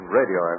radio